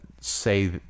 say